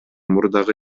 мурдагы